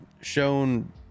shown